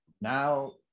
Now